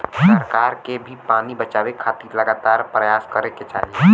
सरकार के भी पानी बचावे खातिर लगातार परयास करे के चाही